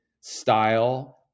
style